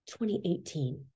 2018